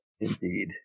Indeed